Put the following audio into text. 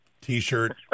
T-shirt